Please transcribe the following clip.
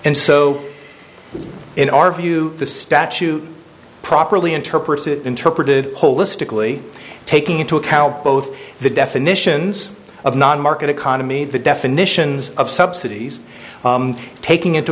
and so in our view the statute really interpret it interpreted holistically taking into account both the definitions of non market economy the definitions of subsidies taking into